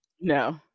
No